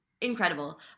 Incredible